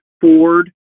Ford